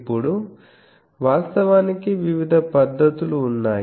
ఇప్పుడు వాస్తవానికి వివిధ పద్ధతులు ఉన్నాయి